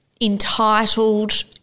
entitled